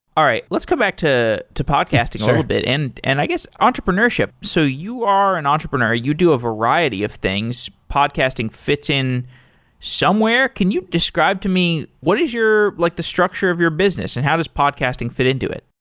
all right. let's come back to to podcasting a little bit, and and i guess entrepreneurship. so you are an entrepreneur. you do a variety of things. podcasting fits in somewhere. can you describe to me is like the structure of your business and how does podcasting fit into it?